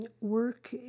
work